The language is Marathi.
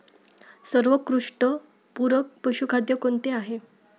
सर्वोत्कृष्ट पूरक पशुखाद्य कोणते आहे?